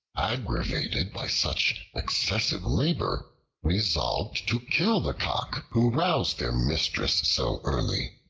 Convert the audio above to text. aggravated by such excessive labor, resolved to kill the cock who roused their mistress so early.